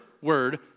word